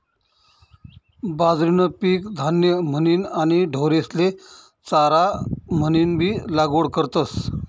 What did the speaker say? बाजरीनं पीक धान्य म्हनीन आणि ढोरेस्ले चारा म्हनीनबी लागवड करतस